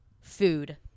food